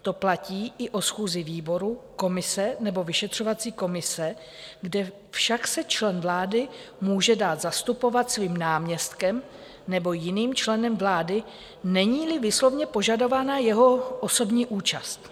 To platí i o schůzi výboru, komise nebo vyšetřovací komise, kde se však člen vlády může dát zastupovat svým náměstkem nebo jiným členem vlády, neníli výslovně požadována jeho osobní účast.